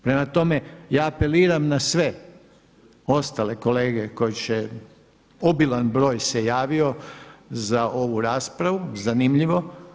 Prema tome, ja apeliram na sve ostale kolege koji će obilan broj se javio za ovu raspravu, zanimljivo.